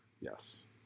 Yes